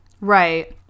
Right